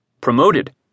promoted